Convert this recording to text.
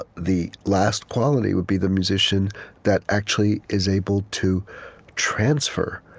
ah the last quality would be the musician that actually is able to transfer,